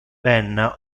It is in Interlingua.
ben